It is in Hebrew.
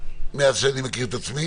מאז שאני מכיר את עצמי,